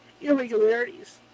irregularities